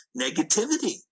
negativity